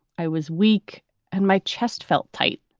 i was weak and my chest felt tight,